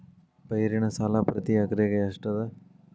ಪೈರಿನ ಸಾಲಾ ಪ್ರತಿ ಎಕರೆಗೆ ಎಷ್ಟ ಅದ?